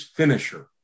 finisher